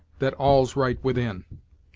that all's right within.